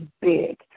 big